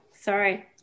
Sorry